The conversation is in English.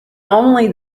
only